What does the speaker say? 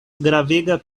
gravega